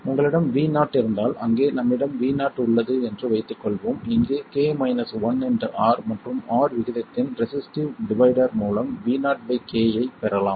உங்களிடம் Vo இருந்தால் அங்கே நம்மிடம் Vo உள்ளது என்று வைத்துக் கொள்வோம் இந்த R மற்றும் R விகிதத்தின் ரெசிஸ்டிவ் டிவைடர் மூலம் Vo k ஐப் பெறலாம்